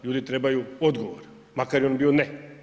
Ljudi trebaju odgovor, makar on bio ne.